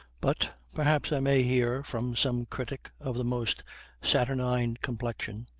but perhaps i may hear, from some critic of the most saturnine complexion,